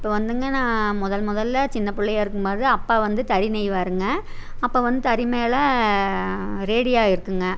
இப்போ வந்துங்க நான் முதல் முதல்ல சின்ன பிள்ளையா இருக்கும் போது அப்பா வந்து தறி நெய்வாருங்க அப்போ வந்து தறி மேலே ரேடியா இருக்குங்க